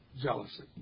jealousy